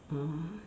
oh